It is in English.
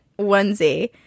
onesie